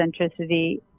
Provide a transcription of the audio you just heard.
centricity